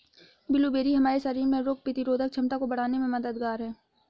blueberry हमारे शरीर में रोग प्रतिरोधक क्षमता को बढ़ाने में मददगार है